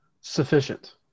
Sufficient